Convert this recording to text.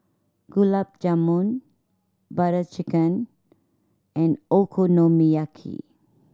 Gulab Jamun Butter Chicken and Okonomiyaki